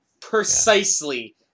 Precisely